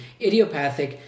idiopathic